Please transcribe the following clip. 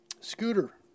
Scooter